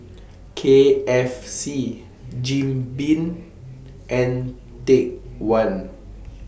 K F C Jim Beam and Take one